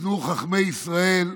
תיקנו חכמי ישראל,